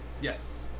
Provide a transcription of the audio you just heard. Yes